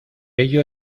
ello